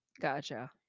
gotcha